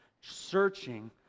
searching